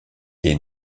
est